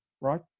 right